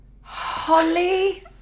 Holly